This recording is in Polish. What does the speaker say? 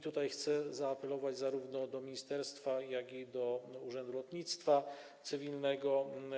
Tutaj chcę zaapelować zarówno do ministerstwa, jak i do Urzędu Lotnictwa Cywilnego.